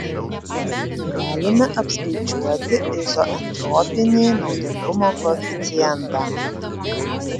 galime apskaičiuoti izoentropinį naudingumo koeficientą